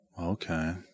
Okay